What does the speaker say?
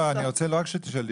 לא אני רוצה לא רק שתשאלי,